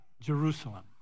Jerusalem